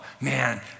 Man